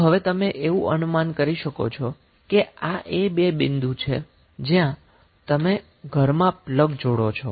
તો હવે તમે એવું અનુમાન કરી શકો છો કે આ એ 2 બિંદુ છે જ્યાં તમે ઘરમાં પ્લગ જોડો છો